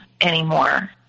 anymore